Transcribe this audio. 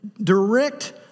direct